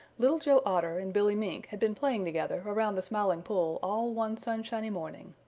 little joe otter and billy mink had been playing together around the smiling pool all one sunshiny morning.